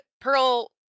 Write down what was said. Pearl